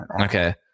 okay